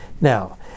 Now